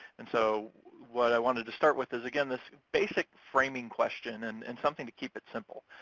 and so what i wanted to start with is, again, this basic framing question and and something to keep it simple.